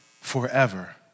forever